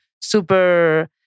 super